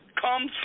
come